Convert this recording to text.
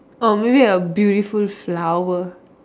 or maybe a beautiful flower